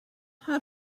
how